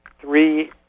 three